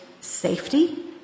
safety